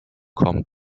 kommt